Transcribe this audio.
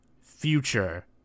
future